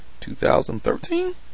2013